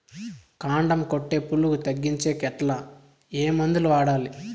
కాండం కొట్టే పులుగు తగ్గించేకి ఎట్లా? ఏ మందులు వాడాలి?